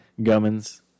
Gummin's